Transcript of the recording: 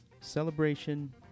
celebration